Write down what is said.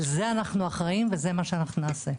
על זה אנחנו אחראים וזה מה שאנחנו נעשה.